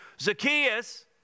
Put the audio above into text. Zacchaeus